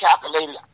calculated